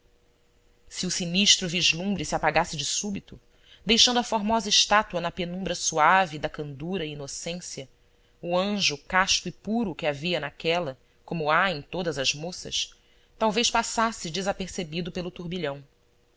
se o sinistro vislumbre se apagasse de súbito deixando a formosa estátua na penumbra suave da candura e inocência o anjo casto e puro que havia naquela como há em todas as moças talvez passasse desapercebido pelo turbilhão